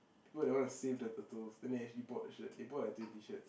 they want to save the turtle then they actually bought the shirt they bought like twenty shirts